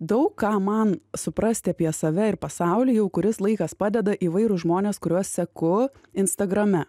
daug ką man suprasti apie save ir pasaulį jau kuris laikas padeda įvairūs žmonės kuriuos seku instagrame